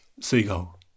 seagull